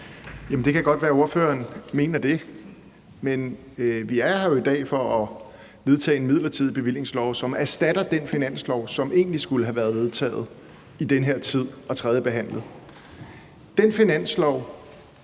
Det kan godt være, at ordføreren mener det. Men vi er her jo i dag for at vedtage en midlertidig bevillingslov, som erstatter den finanslov, som egentlig skulle have været tredjebehandlet